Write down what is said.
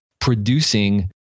producing